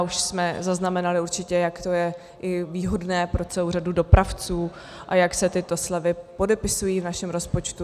Už jsme zaznamenali určitě, jak to je i výhodné pro celou řadu dopravců a jak se tyto slevy podepisují v našem rozpočtu.